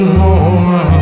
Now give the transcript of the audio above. more